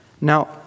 Now